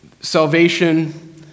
Salvation